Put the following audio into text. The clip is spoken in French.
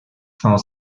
cinq